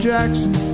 Jackson